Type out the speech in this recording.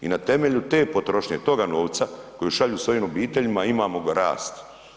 I na temelju te potrošnje, toga novca koji šalju svojim obiteljima, imamo rast.